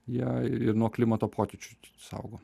jie ir nuo klimato pokyčių saugo